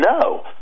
no